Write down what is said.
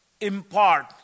impart